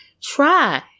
Try